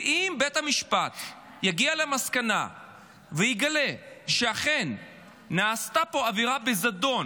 ואם בית המשפט יגיע למסקנה ויגלה שאכן נעשתה פה עבירה בזדון